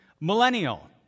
Millennial